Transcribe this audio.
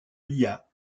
lia